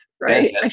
right